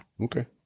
Okay